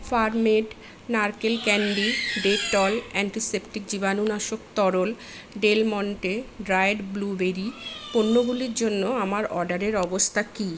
farm made নারকেল candy Dettol antiseptic জীবাণুনাশক তরল ডেল মন্টে ড্রায়েড ব্লুবেরি পণ্যগুলির জন্য আমার অর্ডারের অবস্থা কী